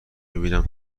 میبینم